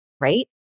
Right